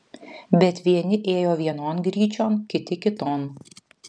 bet vieni ėjo vienon gryčion kiti kiton